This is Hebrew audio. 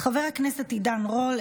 חבר הכנסת עידן רול,